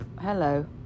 Hello